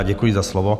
Děkuji za slovo.